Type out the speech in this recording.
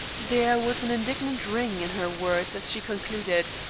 there was an indignant ring in her words as she concluded.